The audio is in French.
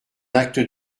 acte